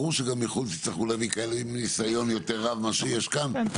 ברור שגם מחו"ל תצטרכו להביא כאלה עם ניסיון יותר רב מאשר כאן,